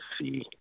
see